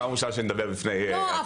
זו פעם ראשונה שאני מדבר בפני הכנסת.